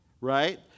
right